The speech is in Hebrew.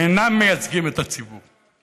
הם אינם מייצגים את הציבור,